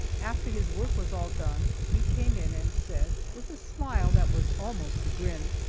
after his work was all done he came in and said, with a smile that was almost a grin,